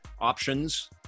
options